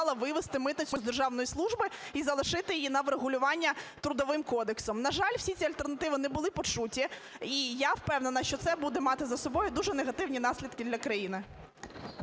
вивести митницю з державної служби і залишити її на врегулювання Трудовим кодексом. На жаль, всі ці альтернативи не були почуті і я впевнена, що це буде мати за собою дуже негативні наслідки для країни.